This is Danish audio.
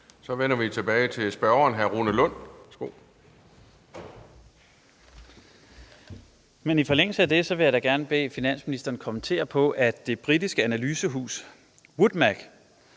Så vender vi tilbage til spørgeren, hr. Rune Lund. Værsgo. Kl. 14:09 Rune Lund (EL): Men i forlængelse af det vil jeg da gerne bede finansministeren kommentere, at det britiske analysehus Wood